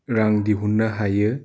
रां दिहुनो हायो